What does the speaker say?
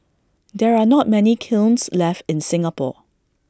there are not many kilns left in Singapore